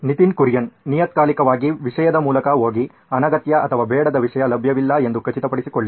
ನಿತಿನ್ ಕುರಿಯನ್ ನಿಯತ್ಕಾಲಿಕವಾಗಿ ವಿಷಯದ ಮೂಲಕ ಹೋಗಿ ಅನಗತ್ಯ ಅಥವಾ ಬೇಡದ ವಿಷಯ ಲಭ್ಯವಿಲ್ಲ ಎಂದು ಖಚಿತಪಡಿಸಿಕೊಳ್ಳಿ